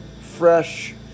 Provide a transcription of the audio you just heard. fresh